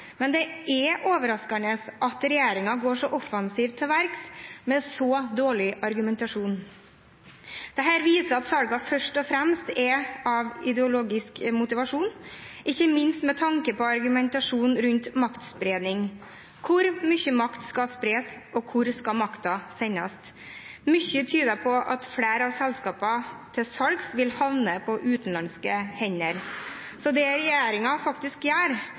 Men det er overraskende at regjeringen går så offensivt til verks, med så dårlig argumentasjon. Dette viser at salgene først og fremst er ideologisk motivert, ikke minst med tanke på argumentasjonen rundt maktspredning. Hvor mye makt skal spres, og hvor skal makten sendes? Mye tyder på at flere av selskapene som er til salgs, vil havne på utenlandske hender. Det regjeringen faktisk gjør,